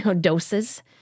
doses